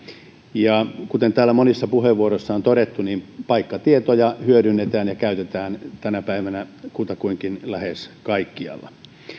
ja kuten täällä monissa puheenvuoroissa on todettu paikkatietoja hyödynnetään ja käytetään tänä päivänä kutakuinkin lähes kaikkialla